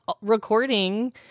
recording